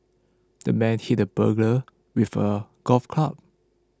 the man hit the burglar with a golf club